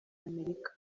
amerika